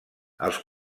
els